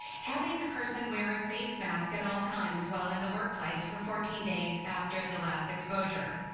having the person wear a face mask at all times while in the workplace for fourteen days after the last exposure,